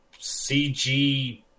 CG